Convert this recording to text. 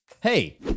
Hey